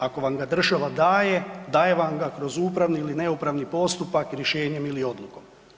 Ako vam ga država daje, daje vam ga kroz upravni ili neupravni postupak rješenjem ili odlukom.